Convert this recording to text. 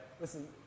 Listen